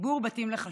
חיבור בתים לחשמל).